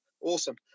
Awesome